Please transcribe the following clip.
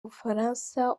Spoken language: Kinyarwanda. bufaransa